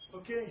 Okay